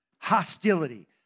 Hostility